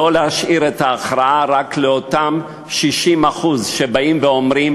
לא להשאיר את ההכרעה רק לאותם 60% שבאים ואומרים: